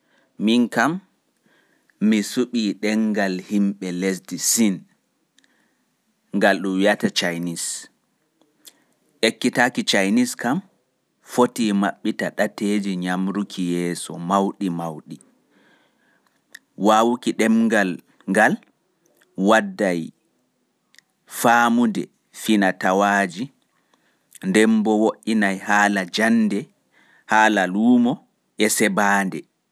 Chines. Ekkitaaki Chinese foti maɓɓita ɗateeji nyamruki yeeso mauɗi-mauɗi. Wawuki ɗemngal ngal waddai faamunde fina tawaaji nden bo wo'inai haala jannde.